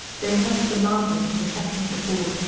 they must demand them from the captain of the port,